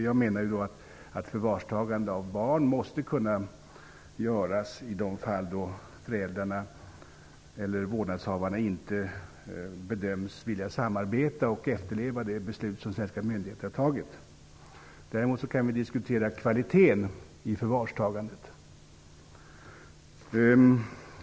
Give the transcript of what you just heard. Jag menar att förvarstagande av barn måste kunna göras i de fall då föräldrarna eller vårdnadshavarna inte bedöms vilja samarbeta och efterleva det beslut som svenska myndigheter har fattat. Däremot kan vi diskutera kvaliteten i förvarstagandet.